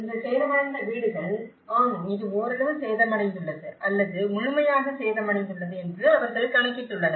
இந்த சேதமடைந்த வீடுகள் ஆம் இது ஓரளவு சேதமடைந்துள்ளது அல்லது முழுமையாக சேதமடைந்துள்ளது என்று அவர்கள் கணக்கிட்டுள்ளனர்